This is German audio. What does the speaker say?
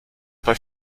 bei